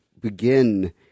begin